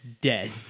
dead